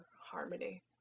harmony